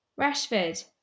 Rashford